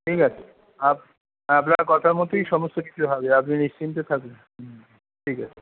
ঠিক আছে আপ আপনার কথা মতোই সমস্ত কিছু হবে আপনি নিশ্চিন্তে থাকুন হুম ঠিক আছে